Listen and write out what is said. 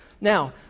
now